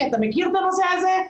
כי אתה מכיר את הנושא הזה.